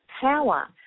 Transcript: power